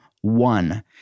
one